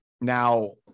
Now